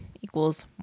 equals